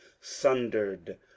sundered